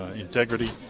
integrity